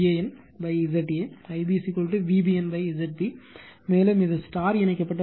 Ib VBNZB மேலும் இது star இணைக்கப்பட்ட லோடு